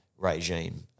regime